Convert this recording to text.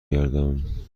گردم